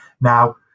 now